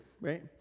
right